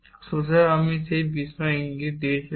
সুতরাং আমি সেই বিষয়ে ইঙ্গিত দিয়েছিলাম